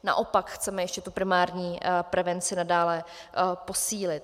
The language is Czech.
Naopak chceme ještě tu primární prevenci nadále posílit.